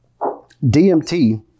DMT